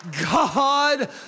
God